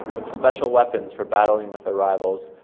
with special weapons for battling with their rivals,